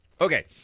okay